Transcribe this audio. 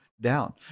down